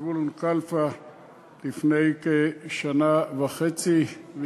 לשעבר זבולון כלפה לפני כשנה וחצי,